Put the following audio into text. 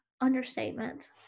Understatement